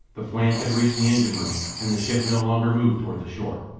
the flames had reached the engine-room, and the ship no longer moved toward the shore.